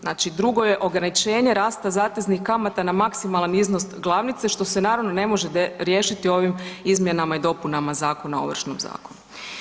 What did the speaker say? Znači drugo je ograničenje rasta zateznih kamata na maksimalan iznos glavnice, što se naravno ne može riješiti ovim izmjenama i dopunama Zakona o Ovršnom zakonu.